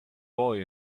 boy